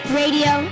radio